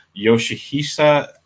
Yoshihisa